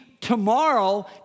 tomorrow